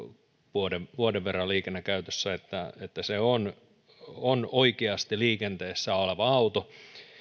vuoden vuoden verran liikennekäytössä että että se on on oikeasti liikenteessä oleva auto